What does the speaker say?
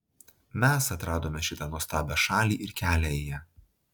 mes atradome šitą nuostabią šalį ir kelią į ją